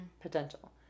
potential